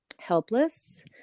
helpless